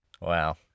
Wow